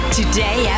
Today